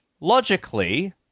logically